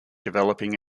developing